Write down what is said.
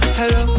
hello